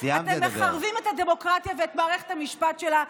אתם מחרבים את הדמוקרטיה ואת מערכת המשפט שלה,